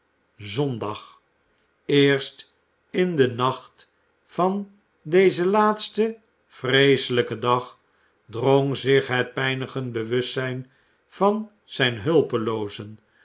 zondag eerst in den nacht van deze laatsten vreeselijken dag drong zich het pijnigend bewustzijn van zijn hulpeloozen